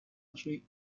нашої